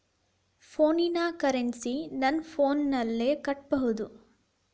ಫೋನಿನ ಕರೆನ್ಸಿ ನನ್ನ ಫೋನಿನಲ್ಲೇ ಕಟ್ಟಬಹುದು?